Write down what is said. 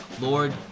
Lord